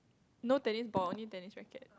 no tennis ball only tennis racket